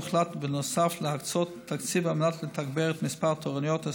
הוחלט להקצות תקציב על מנת לתגבר את מספר תורנויות הסטאז'רים,